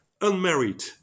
unmarried